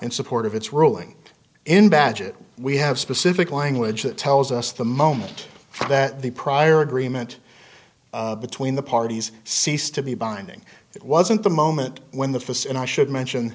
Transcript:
in support of its ruling in badgett we have specific language that tells us the moment that the prior agreement between the parties ceased to be binding it wasn't the moment when the facade i should mention